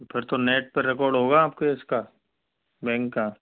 तो फिर तो नेट पर रिकॉर्ड होगा आपके इसका बैंक का